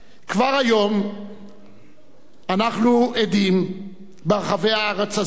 כבר היום אנחנו עדים ברחבי הארץ הזאת